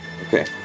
Okay